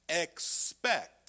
Expect